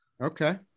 Okay